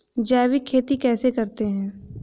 जैविक खेती कैसे करते हैं?